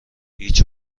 هیچ